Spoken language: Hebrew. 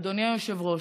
אדוני היושב-ראש,